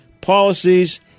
policies